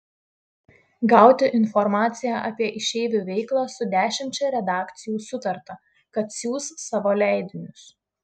gauti informaciją apie išeivių veiklą su dešimčia redakcijų sutarta kad siųs savo leidinius